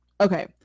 okay